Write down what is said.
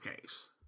Case